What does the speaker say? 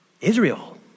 Israel